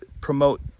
promote